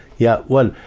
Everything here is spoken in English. yeah, well,